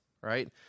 right